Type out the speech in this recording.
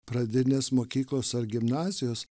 pradinės mokyklos ar gimnazijos